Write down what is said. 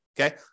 okay